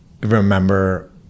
remember